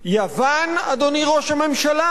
יוון, אדוני ראש הממשלה?